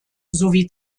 sowie